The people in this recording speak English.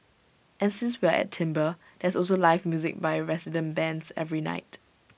and since we're at s there's also live music by resident bands every night